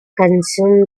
consume